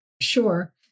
sure